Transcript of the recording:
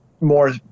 more